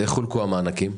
איך חולקו המענקים?